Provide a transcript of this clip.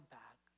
back